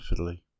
Fiddly